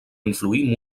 influir